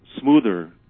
smoother